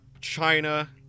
China